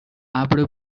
ابر